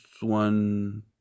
one